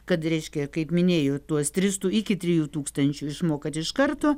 kad reiškia kaip minėjot tuos tris iki trijų tūkstančių išmokat iš karto